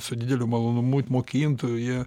su dideliu malonumu mokintų jie